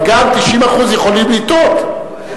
אבל גם 90% יכולים לטעות.